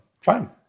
Fine